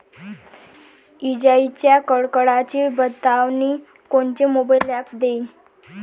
इजाइच्या कडकडाटाची बतावनी कोनचे मोबाईल ॲप देईन?